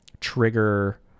trigger